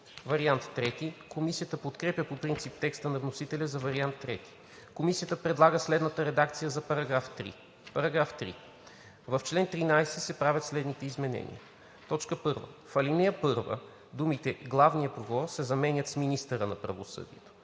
вариант II. Комисията подкрепя по принцип текста на вносителя за вариант III. Комисията предлага следната редакция на § 3: „§ 3. В чл. 13 се правят следните изменения: „1. В ал. 1 думите „главния прокурор“ се заменят с „министъра на правосъдието“.